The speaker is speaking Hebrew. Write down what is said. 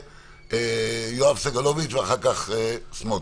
יואב סגלוביץ' ואחר כך סמוטריץ'.